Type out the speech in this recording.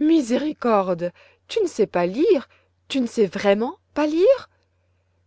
miséricorde tu ne sais pas lire tu ne sais vraiment pas lire